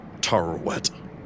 Tarawet